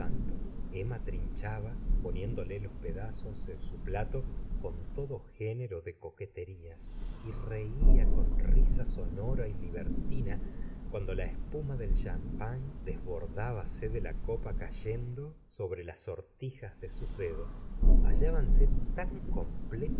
mma trinchaba poniéndole los pedazos en su plato con todo género de coqueterias y reia con risa sonora y libertina cuando la espuma del champagne desbordábase de la copa cayendo sobre las sortijas de sus de los hallábanse tan